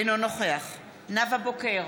אינו נוכח נאוה בוקר,